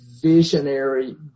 visionary